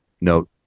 no